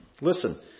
Listen